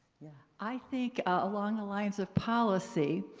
yeah. i think along the lines of policy,